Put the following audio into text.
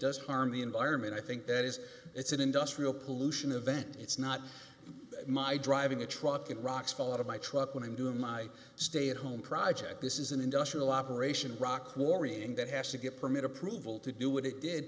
does harm the environment i think that is it's an industrial pollution event it's not my driving a truck in rocks fall out of my truck when i'm doing my stay at home project this is an industrial operation rock quarrying that has to get permit approval to do what it did